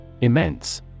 Immense